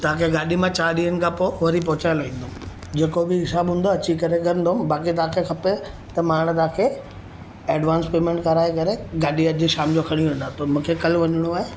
त तव्हांखे मां गाॾी चारि ॾींहंनि खां पोइ वरी पहुचाइणो ईंदमि जेको बि हिसाबु हूंदा अची करे कंदुमि बाक़ी तव्हां खे खपे त मां हाणे तव्हां खे ऐड्वांस पैमेंट कराए करे गाॾी अॼु शाम जो खणी वेंदा त मूंखे कल्ह वञिणो आहे